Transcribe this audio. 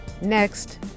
Next